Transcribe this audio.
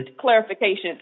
clarification